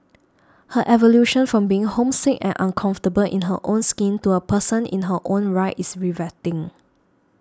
her evolution from being homesick and uncomfortable in her own skin to a person in her own right is riveting